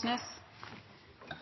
til neste